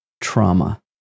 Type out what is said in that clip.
trauma